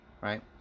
right